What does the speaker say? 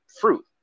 fruit